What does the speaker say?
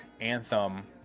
anthem